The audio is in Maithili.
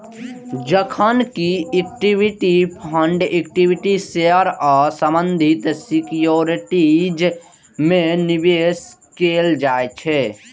जखन कि इक्विटी फंड इक्विटी शेयर आ संबंधित सिक्योरिटीज मे निवेश कैल जाइ छै